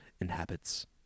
inhabits